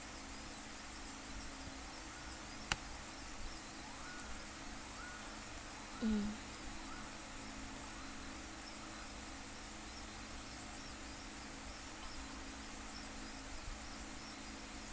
mm